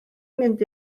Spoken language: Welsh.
mynd